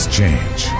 change